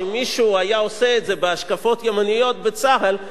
עם השקפות ימניות בצה"ל היה עושה את זה,